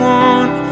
one